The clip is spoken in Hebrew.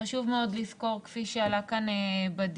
חשוב מאוד לזכור, כפי שעלה כאן בדיון,